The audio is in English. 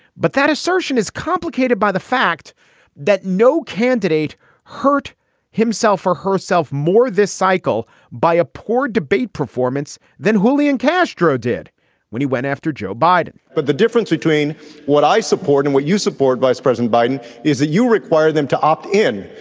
but that assertion is complicated by the fact that no candidate hurt himself himself or herself more this cycle by a poor debate performance than julian castro did when he went after joe biden but the difference between what i support and what you support, vice president biden, is that you require them to opt in.